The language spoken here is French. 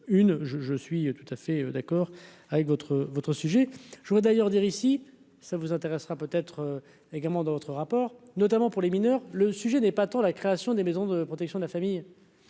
je suis tout à fait d'accord avec votre votre sujet je voudrais d'ailleurs dire ici, ça vous intéressera peut-être également dans votre rapport, notamment pour les mineurs, le sujet n'est pas tant la création des maisons de protection de la famille.